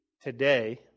today